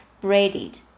braided